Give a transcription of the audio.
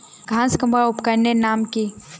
घांस कमवार उपकरनेर नाम की?